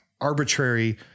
arbitrary